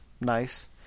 nice